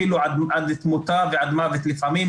אפילו עד תמותה לפעמים.